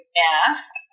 mask